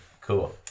Cool